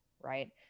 right